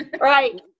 Right